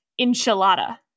enchilada